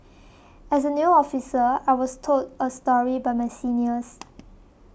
as a new officer I was told a story by my seniors